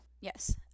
Yes